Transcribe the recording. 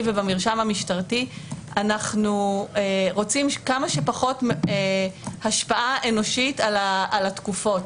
ובמרשם המשטרתי כמה שפחות השפעה אנושית על התקופות.